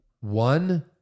one